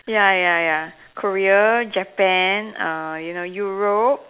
ya ya ya Korea Japan uh you know Europe